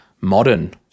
modern